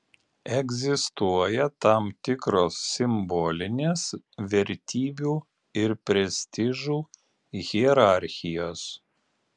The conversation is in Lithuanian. egzistuoja tam tikros simbolinės vertybių ir prestižų hierarchijos